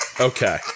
Okay